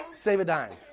save a dime